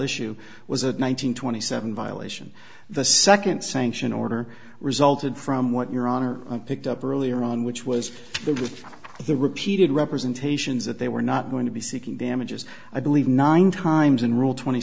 issue was a one nine hundred twenty seven violation the second sanction order resulted from what your honor picked up earlier on which was the repeated representations that they were not going to be seeking damages i believe nine times in rule twenty